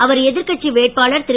அவர் எதிர்கட்சி வேட்பாளர் திரு